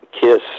KISS